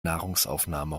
nahrungsaufnahme